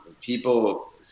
People